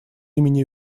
имени